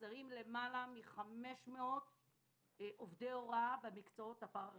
חסרים למעלה מ-500 עובדי הוראה במקצועות הפארא רפואיים,